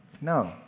No